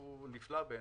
שהוא נפלא בעיניי,